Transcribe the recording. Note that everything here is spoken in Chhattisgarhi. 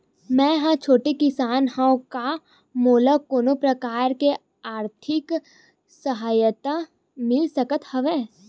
मै ह छोटे किसान हंव का मोला कोनो प्रकार के आर्थिक सहायता मिल सकत हवय?